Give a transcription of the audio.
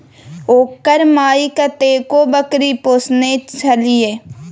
ओकर माइ कतेको बकरी पोसने छलीह